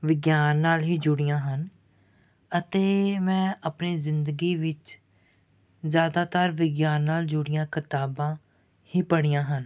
ਵਿਗਿਆਨ ਨਾਲ ਹੀ ਜੁੜੀਆਂ ਹਨ ਅਤੇ ਮੈਂ ਆਪਣੀ ਜ਼ਿੰਦਗੀ ਵਿੱਚ ਜ਼ਿਆਦਾਤਰ ਵਿਗਿਆਨ ਨਾਲ ਜੁੜੀਆਂ ਕਿਤਾਬਾਂ ਹੀ ਪੜ੍ਹੀਆਂ ਹਨ